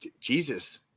Jesus